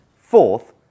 Fourth